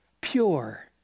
pure